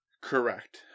Correct